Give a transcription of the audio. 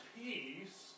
peace